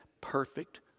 perfect